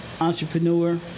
entrepreneur